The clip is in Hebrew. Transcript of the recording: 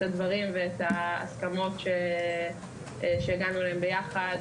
הדברים ואת ההסכמות שהגענו אליהן ביחד,